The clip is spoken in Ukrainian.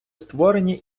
створені